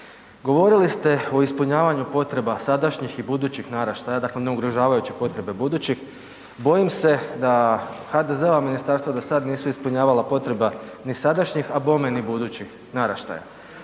Govorili ste o ispunjavanju potreba sadašnjih i budućih naraštaja, dakle ne ugrožavajući potrebe budućih, bojim se da HDZ-ova ministarstva dosad nisu ispunjavala potrebe ni sadašnjih, a bome ni budućih naraštaja.